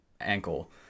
ankle